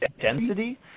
density